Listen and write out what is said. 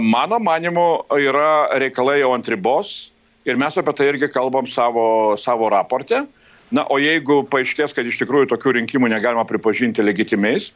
mano manymu yra reikalai jau ant ribos ir mes apie tai irgi kalbam savo savo raporte na o jeigu paaiškės kad iš tikrųjų tokių rinkimų negalima pripažinti legitimiais